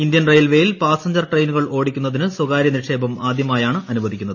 Indian റെയിൽവേയിൽ ട്രെയിനുകൾ ഓടിക്കുന്നതിന് സ്വകാര്യ നിക്ഷേപം ആദ്യമായാണ് അനുവദിക്കുന്നത്